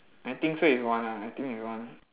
I think so is one ah I think is one